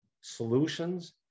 solutions